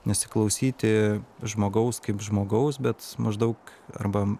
nesiklausyti žmogaus kaip žmogaus bet maždaug arba